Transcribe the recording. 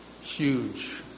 Huge